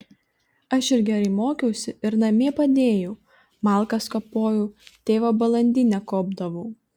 aš ir gerai mokiausi ir namie padėjau malkas kapojau tėvo balandinę kuopdavau